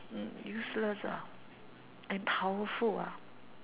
mm useless ah and powerful ah